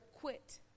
quit